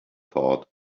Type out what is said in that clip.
thought